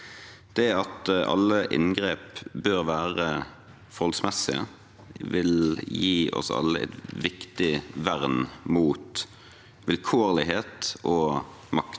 Det at alle inngrep bør være forholdsmessige, vil gi oss alle et viktig vern mot vilkårlighet og